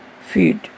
feed